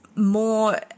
more